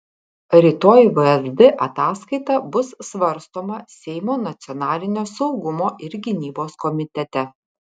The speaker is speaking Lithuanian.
rytoj vsd ataskaita bus svarstoma seimo nacionalinio saugumo ir gynybos komitete